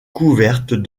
couverte